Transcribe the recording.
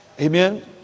amen